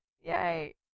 yay